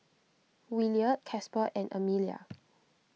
Williard Casper and Emilia